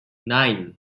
nine